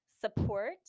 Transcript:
support